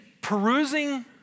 perusing